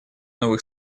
новых